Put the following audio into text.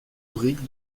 brique